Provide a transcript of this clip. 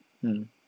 mm